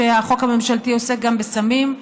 כשהחוק הממשלתי עוסק גם בסמים,